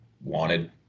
wanted